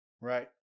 Right